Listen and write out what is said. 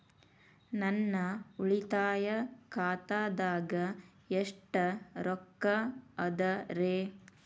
ನನ್ನ ಉಳಿತಾಯ ಖಾತಾದಾಗ ಎಷ್ಟ ರೊಕ್ಕ ಅದ ರೇ?